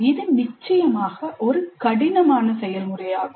இது நிச்சயமாக ஒரு சிக்கலான செயல்முறையாகும்